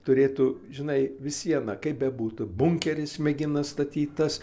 turėtų žinai vis viena kaip bebūtų bunkeris mėgina statytas